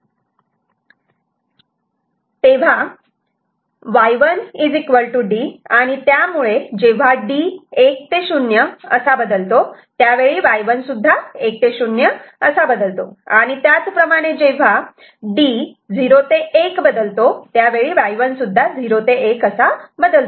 D तेव्हा Y1 D आणि त्यामुळे जेव्हा D 1 ते 0 असा बदलतो त्यावेळी Y1 सुद्धा 1 ते 0 असा बदलतो आणि त्याच प्रमाणे जेव्हा D 0 ते 1 असा बदलतो त्यावेळी Y1 सुद्धा 0 ते 1 असा बदलतो